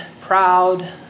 proud